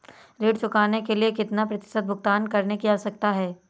ऋण चुकाने के लिए कितना प्रतिशत भुगतान करने की आवश्यकता है?